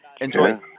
Enjoy